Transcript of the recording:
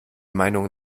meinung